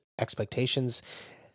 expectations